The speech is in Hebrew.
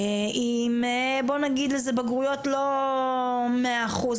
עם בוא נגיד בגרויות לא מאה אחוז,